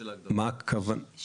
ההגבלה ל-25